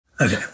Okay